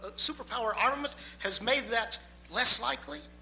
superpower armaments has made that less likely?